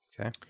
Okay